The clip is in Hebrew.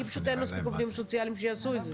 כי פשוט אין מספיק עובדים סוציאליים שיעשו את זה.